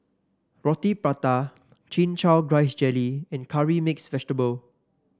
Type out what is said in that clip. Roti Prata Chin Chow Grass Jelly and Curry Mixed Vegetable